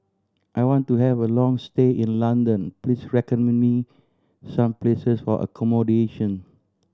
I want to have a long stay in London Please recommend me some places for accommodation